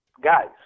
guys